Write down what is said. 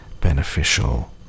beneficial